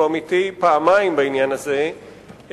שהוא עמיתי פעמיים בעניין הזה,